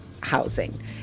housing